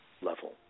level